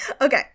Okay